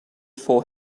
for